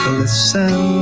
listen